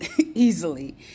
easily